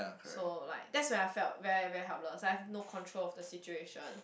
so like there's when I felt very very helpless I have no control of the situation